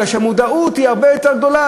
זה מפני שהמודעות היא הרבה יותר גדולה,